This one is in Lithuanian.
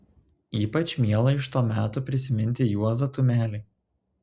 ypač miela iš to meto prisiminti juozą tumelį